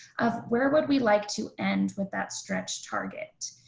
of where would we like to end with that stretch target?